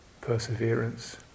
perseverance